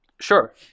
Sure